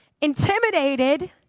intimidated